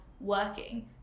working